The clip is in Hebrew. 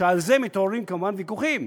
על זה מתעוררים ויכוחים: